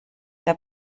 der